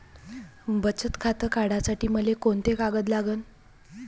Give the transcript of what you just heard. बचत खातं काढासाठी मले कोंते कागद लागन?